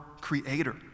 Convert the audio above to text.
Creator